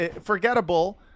forgettable